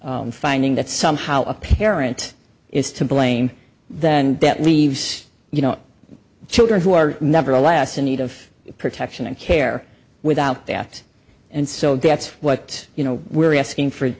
finding that somehow a parent is to blame than death leaves you know children who are nevertheless in need of protection and care without the act and so that's what you know we're asking for